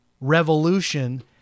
Revolution